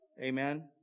Amen